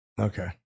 Okay